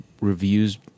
reviews